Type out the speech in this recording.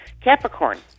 Capricorn